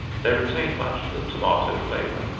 they retain much of the tomato flavor,